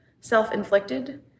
self-inflicted